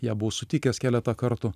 ją buvau sutikęs keletą kartų